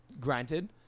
granted